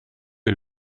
est